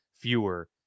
fewer